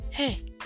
Hey